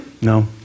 No